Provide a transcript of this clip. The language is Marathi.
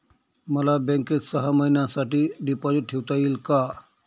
मला बँकेत सहा महिन्यांसाठी डिपॉझिट ठेवता येईल का?